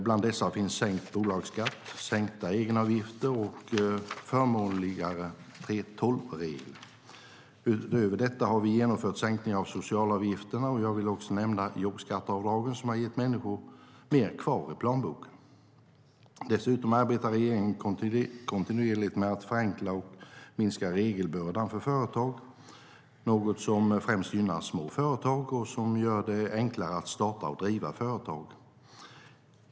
Bland dessa finns sänkt bolagsskatt, sänkta egenavgifter och förmånligare 3:12-regler. Utöver detta har vi genomfört sänkningar av socialavgifterna. Jag vill också nämna jobbskatteavdragen, som har gett människor mer kvar i plånboken. Dessutom arbetar regeringen kontinuerligt med att förenkla och minska regelbördan för företag, något som främst gynnar små företag och som gör det enklare att starta och driva företag.